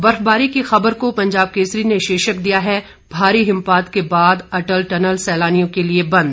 बर्फबारी की खबर को पंजाब केसरी ने शीर्षक दिया है भारी हिमपात के बाद अटल टनल सैलानियों के लिए बंद